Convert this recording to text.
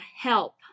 help